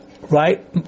right